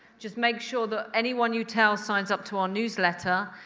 just make sure that anyone you tell signs up to our newsletter,